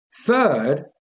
Third